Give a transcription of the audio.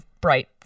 bright